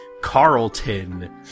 Carlton